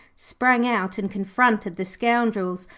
sprang out and confronted the scoundrels,